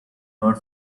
not